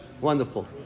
Wonderful